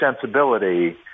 sensibility